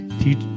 teach